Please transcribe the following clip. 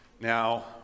Now